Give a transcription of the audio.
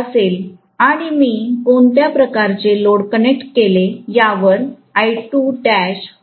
असेल आणि मी कोणत्या प्रकारचे लोड कनेक्ट केले आहे यावरफेज एंगल अवलंबून आहे